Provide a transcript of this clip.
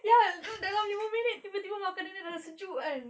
ya dalam lima minit tiba-tiba makanan dia dah sejuk kan